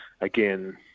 Again